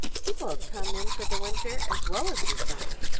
people have come in for the winter as well as the summer.